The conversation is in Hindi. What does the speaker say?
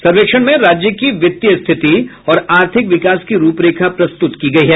सर्वेक्षण में राज्य की वित्तीय स्थिति और आर्थिक विकास की रूपरेखा प्रस्तुत की गयी है